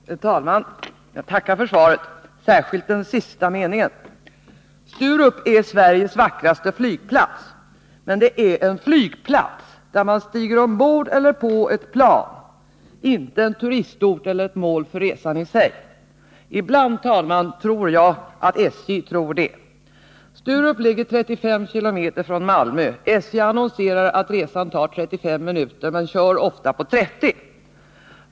Herr talman! Jag tackar för svaret, särskilt för den sista meningen. Sturup är Sveriges vackraste flygplats. Men det är en flygplats där man stiger ombord på eller av ett plan - inte en turistort eller ett mål för resan i sig. Ibland, herr talman, tror jag att SJ tror det. Sturup ligger 35 km från Malmö. SJ annonserar att resan tar 35 minuter, och ofta tar den 30 minuter.